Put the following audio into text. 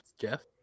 Jeff